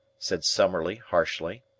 said summerlee harshly.